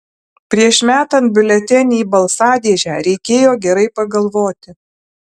prieš metant biuletenį į balsadėžę reikėjo gerai pagalvoti